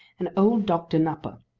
and old doctor nupper.